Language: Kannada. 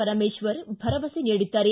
ಪರಮೇಶ್ವರ ಭರವಸೆ ನೀಡಿದ್ದಾರೆ